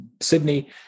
Sydney